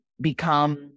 become